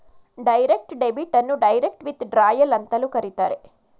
direct debit ಅನ್ನು direct withdrawal ಅಂತಲೂ ಕರೆಯುತ್ತಾರೆ